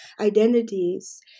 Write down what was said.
identities